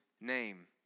name